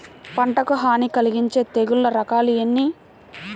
పంటకు హాని కలిగించే తెగుళ్ల రకాలు ఎన్ని?